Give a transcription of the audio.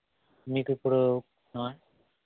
మీకు ఇప్పుడు